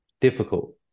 difficult